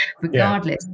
regardless